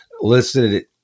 listed